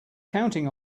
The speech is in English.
counting